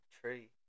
tree